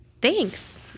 Thanks